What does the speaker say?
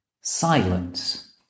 silence